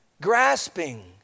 grasping